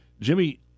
Jimmy